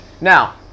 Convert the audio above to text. Now